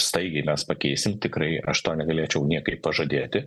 staigiai mes pakeisim tikrai aš to negalėčiau niekaip pažadėti